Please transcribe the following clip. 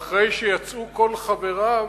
ואחרי שיצאו כל חבריו,